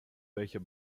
welcher